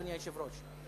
אדוני היושב-ראש.